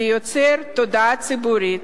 שיוצר תודעה ציבורית